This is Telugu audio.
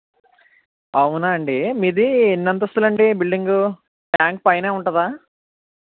అవునా అండి మీది ఎన్ని అంతస్తులు అండి బిల్డింగు ట్యాంక్ పైన ఉంటుందా